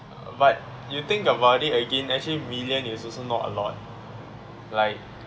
but you think about it again actually million is also not a lot like